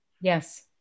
Yes